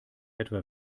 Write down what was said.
etwa